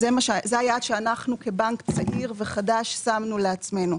זה היעד שאנחנו כבנק צעיר וחדש שמנו לעצמנו.